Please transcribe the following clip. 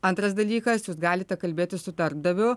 antras dalykas jūs galite kalbėti su darbdaviu